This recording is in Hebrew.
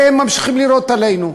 והם ממשיכים לירות עלינו.